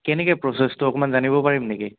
কেনেকৈ প্ৰচেছটো অকণমান জানিব পাৰিম নেকি